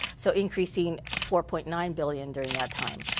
so increasing four point nine million during that time.